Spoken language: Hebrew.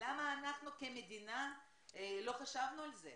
למה אנחנו כמדינה לא חשבנו על זה,